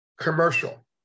commercial